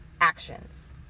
actions